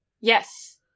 Yes